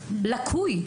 זה לקוי.